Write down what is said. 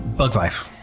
bug's life.